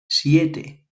siete